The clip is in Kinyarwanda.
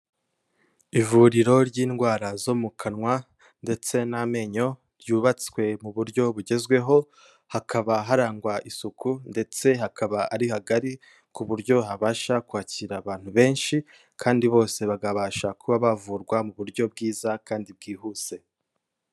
Ivuriro ry'indwara zo mu kanwa ndetse n'amenyo ryubatswe mu buryo bugezweho, hakaba harangwa isuku ndetse hakaba ari hagari ku buryo habasha kwakira abantu benshi kandi bose bakabasha kuba bavurwa mu buryo bwiza kandi bwihuse.